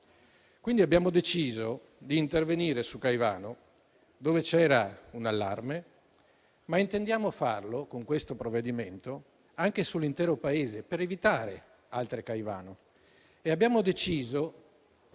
Quindi, abbiamo deciso di intervenire su Caivano, dove c'era un allarme, ma intendiamo farlo con questo provvedimento anche sull'intero Paese, per evitare altre Caivano.